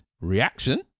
reaction